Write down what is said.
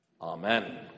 Amen